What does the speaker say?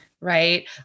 right